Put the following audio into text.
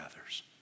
others